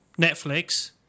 Netflix